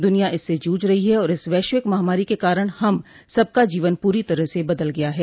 द्निया इससे जूझ रही है और इस वैश्विक महामारी के कारण हम सबका जीवन पूरी तरह से बदल गया है